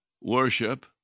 worship